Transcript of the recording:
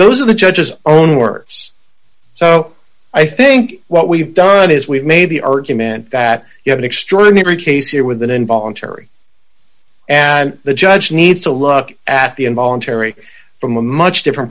those of the judge's own words so i think what we've done is we've made the argument that you have an extraordinary case here with an involuntary and the judge needs to look at the involuntary from a much different